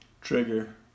Trigger